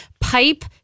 pipe